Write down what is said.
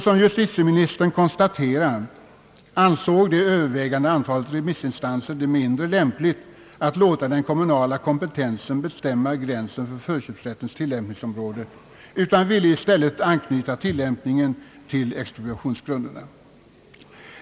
Såsom justitieministern' konstaterar ansåg det övervägande antalet remissinstanser det inte lämpligt att låta den kommunala kompetensen bestämma gränsen för förköpsrättens tillämpningsområde utan ville i stället anknyta tillämpningen till expropriationsgrunderna.